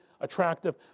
attractive